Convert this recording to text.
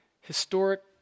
historic